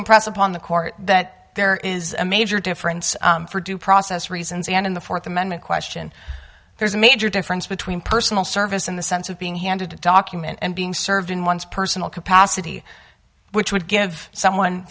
impress upon the court that there is a major difference for due process reasons and in the fourth amendment question there's a major difference between personal service in the sense of being handed a document and being served in one's personal capacity which would give someone